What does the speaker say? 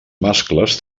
mascles